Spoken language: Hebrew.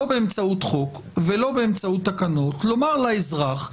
באמצעות חוק ולא באמצעות תקנות לומר לאזרח,